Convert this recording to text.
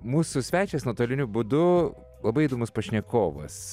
mūsų svečias nuotoliniu būdu labai įdomus pašnekovas